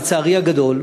לצערי הגדול,